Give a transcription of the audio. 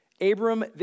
Abram